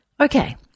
Okay